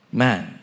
man